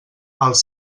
els